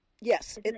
Yes